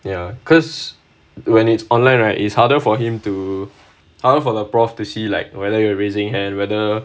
ya because when it's online right it's harder for him to harder for the professor to see like whether you are raising hand whether